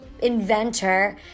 inventor